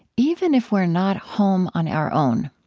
even if we're not home on our own.